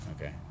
Okay